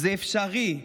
זה אפשרי.